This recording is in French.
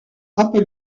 apple